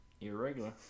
Irregular